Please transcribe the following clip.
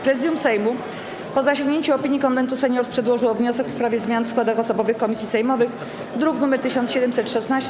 Prezydium Sejmu, po zasięgnięciu opinii Konwentu Seniorów, przedłożyło wniosek w sprawie zmian w składach osobowych komisji sejmowych, druk nr 1716.